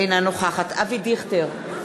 אינה נוכחת אבי דיכטר,